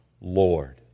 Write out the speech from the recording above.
Lord